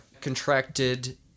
contracted